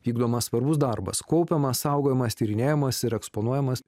vykdomas svarbus darbas kaupiamas saugojimas tyrinėjamas ir eksponuojamas